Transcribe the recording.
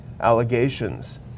allegations